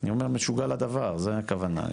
אני אומר משוגע לדבר זה הכוונה,